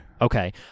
Okay